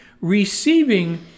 receiving